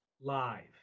live